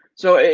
so